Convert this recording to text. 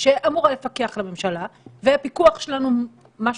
שאמורה לפקח על הממשלה והפיקוח שלנו מה